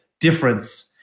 difference